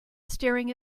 staring